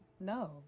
No